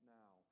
now